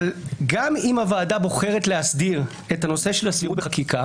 אבל גם אם הוועדה בוחרת להסדיר את הנושא של הסבירות בחקיקה